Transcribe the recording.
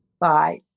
Bye